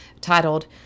titled